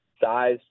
size